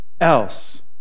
else